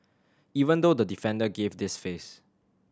even though the defender gave this face